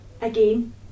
again